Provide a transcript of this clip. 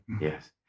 Yes